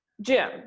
Jim